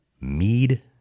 Mead